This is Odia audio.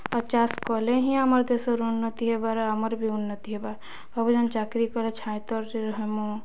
ଆଉ ଚାଷ୍ କଲେ ହିଁ ଆମର୍ ଦେଶ୍ର ଉନ୍ନତି ହେବା ଆର୍ ଆମର୍ ବି ଉନ୍ନତି ହେବା ସବୁ ଯେନ୍ ଚାକ୍ରି କଲେ ଛାଇ ତଲେ ରହେମୁ